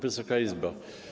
Wysoka Izbo!